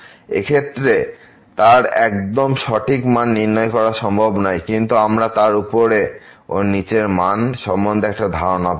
এই ক্ষেত্রে তার একদম সঠিক মান নির্ণয় করা সম্ভব নয় কিন্তু আমরা তার উপরের ও নিচের মান সম্বন্ধে একটি ধারণা পাব